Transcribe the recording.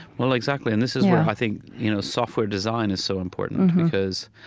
well, exactly. and this is where i think you know software design is so important. because,